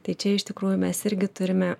tai čia iš tikrųjų mes irgi turime